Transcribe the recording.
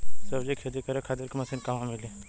सब्जी के खेती करे खातिर मशीन कहवा मिली?